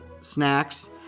snacks